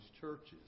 churches